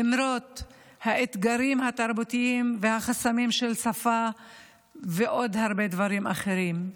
למרות האתגרים התרבותיים והחסמים של שפה ועוד הרבה דברים אחרים.